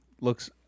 looks